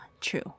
true